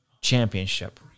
championship